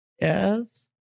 Yes